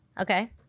Okay